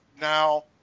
Now